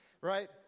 right